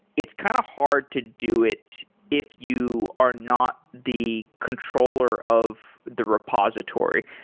it's kind of hard to do it if you are not the controller of the repository.